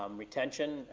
um retention.